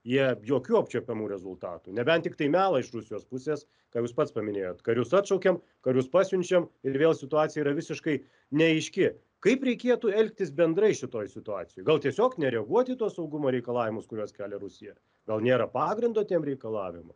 jie jokių apčiuopiamų rezultatų nebent tiktai melą iš rusijos pusės ką jūs pats paminėjot karius atšaukiam karius pasiunčiam ir vėl situacija yra visiškai neaiški kaip reikėtų elgtis bendrai šitoj situacijoj gal tiesiog nereaguot į tuos saugumo reikalavimus kuriuos kelia rusija gal nėra pagrindo tiem reikalavima